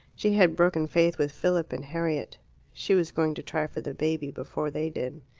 she had broken faith with philip and harriet she was going to try for the baby before they did.